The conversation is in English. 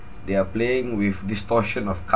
they are playing with distortion of colours